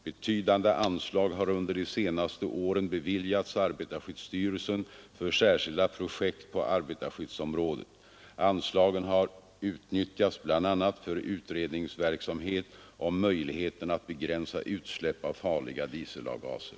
Betydande anslag har under de senaste åren beviljats arbetarskyddsstyrelsen för särskilda projekt på arbetarskyddsområdet. Anslagen har utnyttjats bl.a. för utredningsverksamhet om möjligheterna att begränsa utsläpp av farliga dieselavgaser.